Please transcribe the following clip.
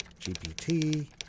GPT